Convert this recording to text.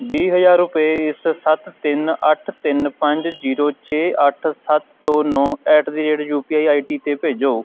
ਵੀਹ ਹਜ਼ਾਰ ਰੁਪਏ ਇਸ ਸੱਤ ਤਿੰਨ ਅੱਠ ਤਿੰਨ ਪੰਜ ਜੀਰੋ ਛੇ ਅੱਠ ਸੱਤ ਦੋ ਨੌਂ at the rate U P I I T 'ਤੇ ਭੇਜੋ